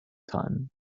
time